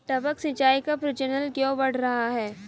टपक सिंचाई का प्रचलन क्यों बढ़ रहा है?